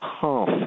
half